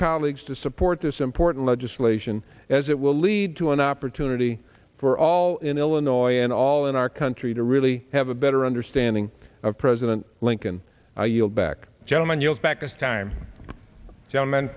colleagues to support this important legislation as it will lead to an opportunity for all in illinois and all in our country to really have a better understanding of president lincoln i yield back gentleman yield back a time gentleman